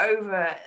over